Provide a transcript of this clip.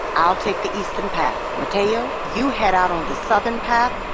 i'll take the eastern path, mateo you head out on the southern path,